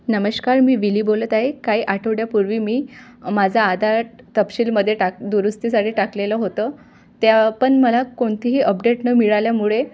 नमस्कार मी मिली बोलत आहे काही आठवड्यापूर्वी मी माझा आधार तपशीलमध्ये टाक दुरुस्तीसाठी टाकलेलं होतं त्यापण मला कोणतीही अपडेट न मिळाल्यामुळे